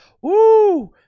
Woo